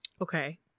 Okay